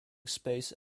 space